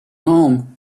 home